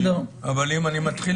אבל אם אני מתחיל